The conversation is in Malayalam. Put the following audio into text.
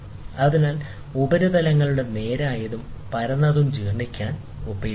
അതിനാൽ ഉപരിതലങ്ങളുടെ നേരായതും പരന്നതും നിർണ്ണയിക്കാൻ ഉപയോഗിക്കുന്നു